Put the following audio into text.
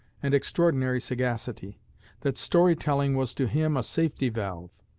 and extraordinary sagacity that story-telling was to him a safety-valve,